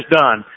done